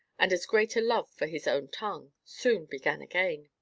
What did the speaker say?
and as great a love for his own tongue, soon began again.